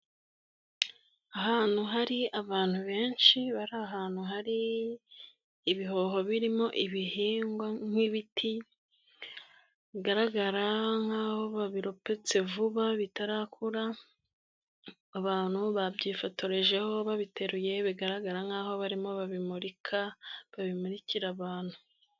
Ahantu hari abantu benshi bari ahantu hari ibihoho birimo ibihingwa nk'ibiti, bigaragara nk'aho babiropetse vuba bitarakura, abantu babyifotorejeho babiteruye bigaragara nk'aho barimo babimurika, babimurikira abantu.